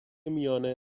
میانه